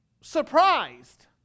surprised